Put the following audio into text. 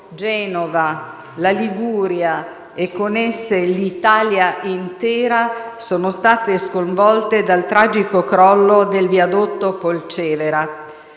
Genova, la Liguria e, con esse, l'Italia intera sono state sconvolte dal tragico crollo del viadotto Polcevera.